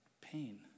pain